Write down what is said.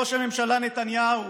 ראש הממשלה נתניהו,